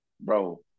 Bro